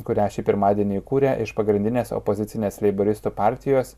kurią šį pirmadienį įkūrė iš pagrindinės opozicinės leiboristų partijos